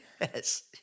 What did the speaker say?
Yes